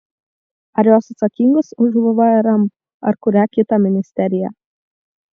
ar jos atsakingos už vrm ar kurią kitą ministeriją